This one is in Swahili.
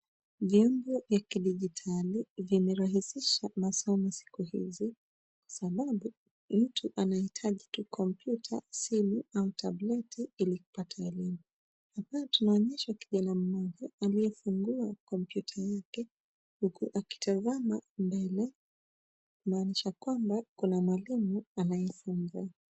Vyombo ya kidijitali, vimerahisisha masomo siku hizi, sababu, mtu anahitaji tu, kompyuta, simu au tableti, ili kupata elimu. Na pia tunaonyeshwa kijana mmoja, aliyefungua kompyuta yake, huku akitazama mbele kumaanisha kwamba kuna mwalimu anayefunza.